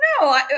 no